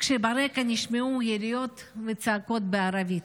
כשברקע נשמעו יריות וצעקות בערבית.